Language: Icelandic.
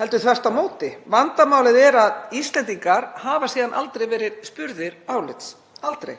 heldur þvert á móti. Vandamálið er að Íslendingar hafa aldrei verið spurðir álits, aldrei.